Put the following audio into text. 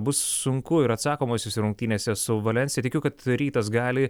bus sunku ir atsakomosiose rungtynėse su valensija tikiu kad rytas gali